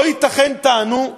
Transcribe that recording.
לא ייתכן, טענו,